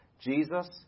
Jesus